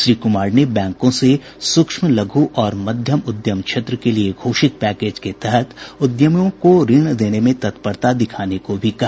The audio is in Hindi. श्री कुमार ने बैंकों से सूक्ष्म लघु और मध्यम उद्यम क्षेत्र के लिए घोषित पैकेज के तहत उद्यमियों को ऋण देने में तत्परता दिखाने को भी कहा